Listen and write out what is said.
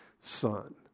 son